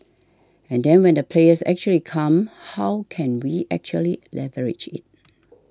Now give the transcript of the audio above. and then when the players actually come how can we actually leverage it